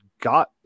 got